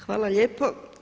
Hvala lijepo.